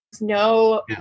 no